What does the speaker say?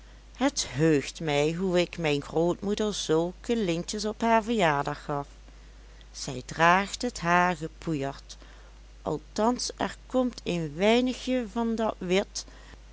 het heugt mij hoe ik mijn grootmoeder zulke lintjes op haar verjaardag gaf zij draagt het haar gepoeierd althans er komt een weinigje van dat wit